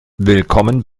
willkommen